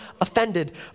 offended